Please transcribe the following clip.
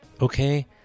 Okay